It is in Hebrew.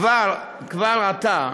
כבר עתה